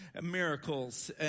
miracles